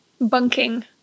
Bunking